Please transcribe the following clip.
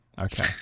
Okay